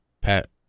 Pat